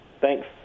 Thanks